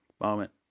moment